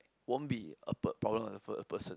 won't be a problem of a a person